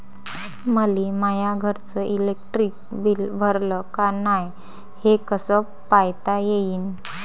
मले माया घरचं इलेक्ट्रिक बिल भरलं का नाय, हे कस पायता येईन?